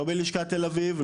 לא בלשכת תל אביב,